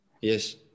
yes